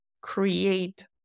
create